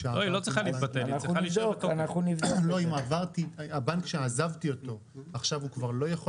כאילו אם הבנק שאותו עזבתי עכשיו הוא כבר לא יכול